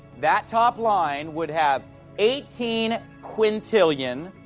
that top line would have eighteen quintillion,